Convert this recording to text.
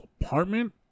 apartment